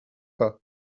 pas